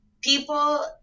people